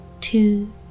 two